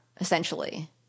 essentially